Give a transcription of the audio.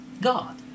God